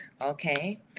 okay